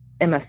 MS